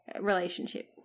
relationship